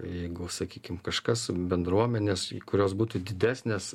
jeigu sakykim kažkas bendruomenės kurios būtų didesnės